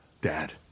Dad